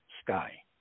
sky